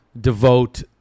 devote